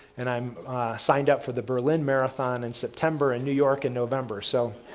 and i um signed up for the berlin marathon in september and new york in november. so,